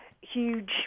huge